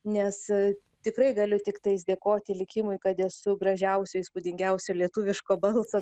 nes tikrai galiu tiktais dėkoti likimui kad esu gražiausio įspūdingiausio lietuviško balso